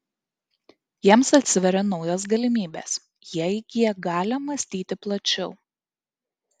jiems atsiveria naujos galimybės jie įgyja galią mąstyti plačiau